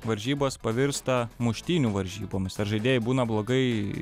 varžybos pavirsta muštynių varžybomis ar žaidėjai būna blogai